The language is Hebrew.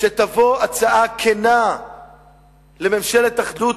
כשתבוא הצעה כנה לממשלת אחדות,